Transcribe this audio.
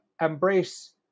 embrace